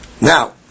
Now